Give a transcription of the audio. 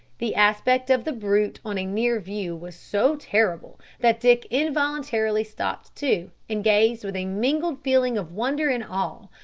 the aspect of the brute on a near view was so terrible, that dick involuntarily stopped too, and gazed with a mingled feeling of wonder and awe,